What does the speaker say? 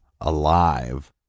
alive